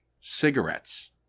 cigarettes